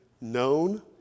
known